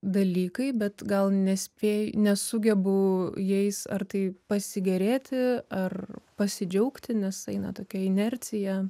dalykai bet gal nespė nesugebu jais ar tai pasigėrėti ar pasidžiaugti nes eina tokia inercija